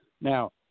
Now